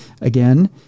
again